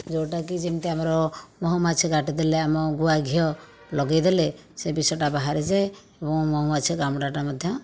ଯେଉଁଟାକି ଯେମିତି ଆମର ମହୁମାଛି କାଟିଦେଲେ ଆମ ଗୁଆ ଘିଅ ଲଗାଇ ଦେଲେ ସେ ବିଷଟା ବାହାରିଯାଏ ଏବଂ ମହୁମାଛି କାମୁଡ଼ାଟା ମଧ୍ୟ